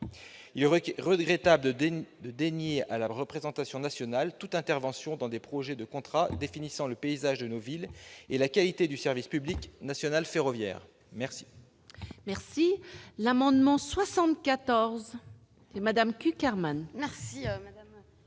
Il est regrettable de dénier à la représentation nationale toute intervention dans des projets de contrat définissant le paysage de nos villes et la qualité du service public national ferroviaire. L'amendement n° 74, présenté par Mme